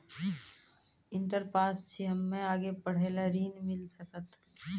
Inter पास छी हम्मे आगे पढ़े ला ऋण मिल सकत?